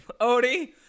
Odie